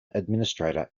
administrator